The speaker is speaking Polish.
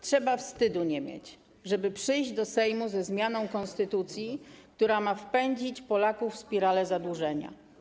Trzeba nie mieć wstydu, żeby przyjść do Sejmu ze zmianą konstytucji, która ma wpędzić Polaków w spiralę zadłużenia.